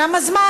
כמה זמן?